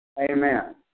Amen